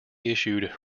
issued